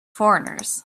foreigners